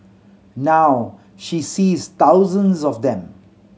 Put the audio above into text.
now she sees thousands of them